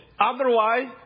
Otherwise